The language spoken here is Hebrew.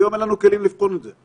היום אין לנו כלים לבחון את זה.